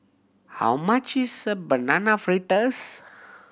how much is Banana Fritters